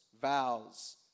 vows